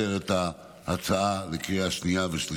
אני מבקש מהכנסת לאשר את ההצעה בקריאה שנייה ושלישית.